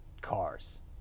cars